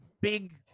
Big